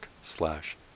slash